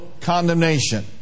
condemnation